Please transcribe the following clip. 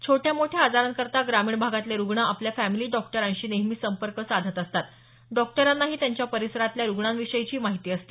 छोट्या मोठ्या आजारांकरता ग्रामीण भागातले रुग्ण आपल्या फॅमिली डॉक्टरशी नेहमी संपर्क साधत असतात डॉक्टरांनाही त्यांच्या परिसरातल्या रुग्णांविषयीची माहिती असते